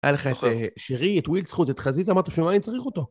היה לך את שירי, את ווילדסקוד, את חזיזה, אמרת בשביל מה אני צריך אותו.